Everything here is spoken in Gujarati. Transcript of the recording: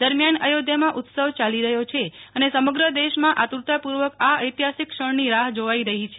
દરમિયાન અયોધ્યામાં ઉત્સવ ચાલી રહ્યો છે અને સમગ્ર દેશમાં આતૂરતાપૂર્વક આ એતિહાસીક ક્ષણની રાહ જોવાઈ રહી છે